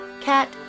Cat